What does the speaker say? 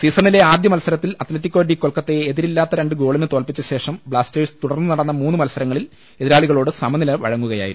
സീസണിലെ ആദ്യ മത്സരത്തിൽ അത്ല റ്റികോ ഡി കൊൽക്കത്തയെ എതിരില്ലാത്ത രണ്ട് ഗോളിന് തോൽപ്പിച്ചശേഷം ബ്ലാസ്റ്റേഴ്സ് തുടർന്നു നടന്ന മൂന്നു മത്സര ങ്ങളിൽ എതിരാളികളോട് സമനില വഴങ്ങുകയായിരുന്നു